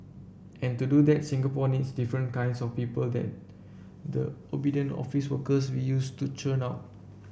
and to do that Singapore needs different kinds of people than the obedient office workers we used to churn out